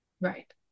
Right